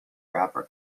wrapper